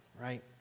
right